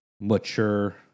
mature